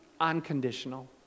unconditional